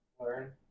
learn